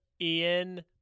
Ian